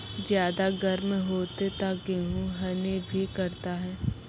ज्यादा गर्म होते ता गेहूँ हनी भी करता है?